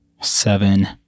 Seven